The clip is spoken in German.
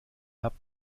habt